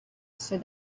said